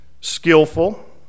Skillful